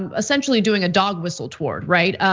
ah essentially doing a dog whistle toward, right.